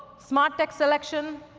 smart text selection,